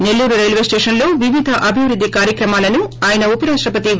సెల్లూరు రైల్వేస్లేషన్లో వివిధ అభివృద్ధి కార్యక్రమాలను ఆయన ఉపరాష్టపతి ఎం